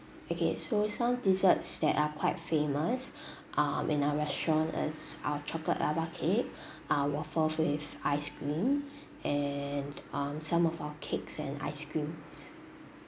okay so some desserts that are quite famous um in our restaurant is our chocolate lava cake our waffles with ice cream and um some of our cakes and ice creams